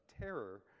terror